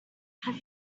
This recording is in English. have